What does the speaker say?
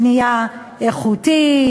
בנייה איכותית,